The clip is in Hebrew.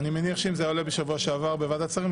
אני מניח שאם זה היה עולה בשבוע שעבר בוועדת השרים,